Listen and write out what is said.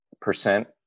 percent